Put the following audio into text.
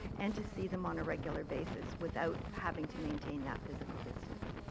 and to see them on a regular basis without having to maintain that physical distance.